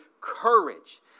courage